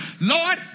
Lord